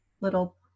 little